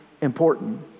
important